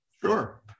sure